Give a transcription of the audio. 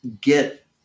get